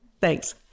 Thanks